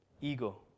Ego